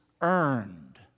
earned